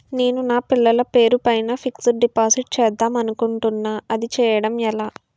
నేను నా పిల్లల పేరు పైన ఫిక్సడ్ డిపాజిట్ చేద్దాం అనుకుంటున్నా అది చేయడం ఎలా?